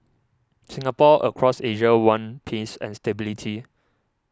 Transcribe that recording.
people across Asia want peace and stability